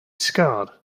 scarred